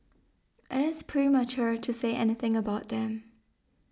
it is premature to say anything about them